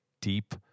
deep